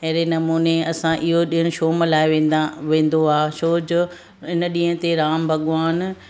अहिड़े नमूने असां इहो ॾिणु छो मल्हायो वेंदा वेंदो आहे छो जो इन ॾींहं ते राम भॻवानु